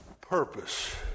purpose